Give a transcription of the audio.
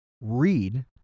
read